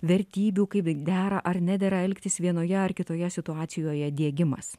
vertybių kaip dera ar nedera elgtis vienoje ar kitoje situacijoje diegimas